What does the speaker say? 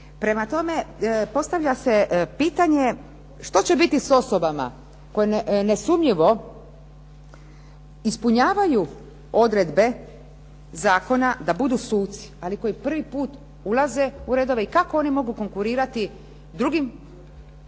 Prema tome, postavlja se pitanje što će biti s osobama koje nesumnjivo ispunjavaju odredbe zakona da budu suci, ali koji prvi put ulaze u redove i kako oni mogu konkurirati drugim